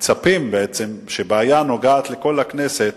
כשבעיה נוגעת לכל הכנסת,